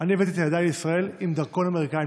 אני הבאתי את ילדיי לישראל עם דרכון אמריקאי.